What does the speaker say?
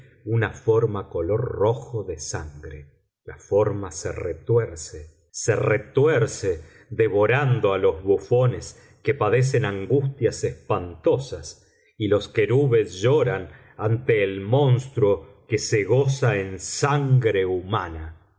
una forma color rojo de sangre la forma se retuerce se retuerce devorando a los bufones que padecen angustias espantosas y los querubes lloran ante el monstruo que se goza en sangre humana